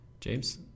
James